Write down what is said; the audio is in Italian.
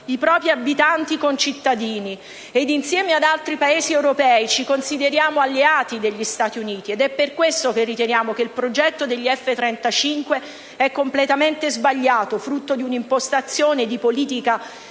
i propri abitanti concittadini, e insieme agli altri Paesi europei ci consideriamo alleati degli Stati Uniti. È per questo che riteniamo che il progetto degli F-35 è completamente sbagliato, frutto di un'impostazione di politica